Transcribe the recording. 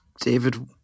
David